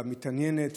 המתעניינת,